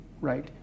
right